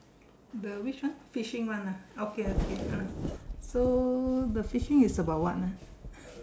the which one fishing one ah okay okay ah so the fishing is about what ah